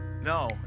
no